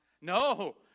no